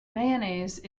mayonnaise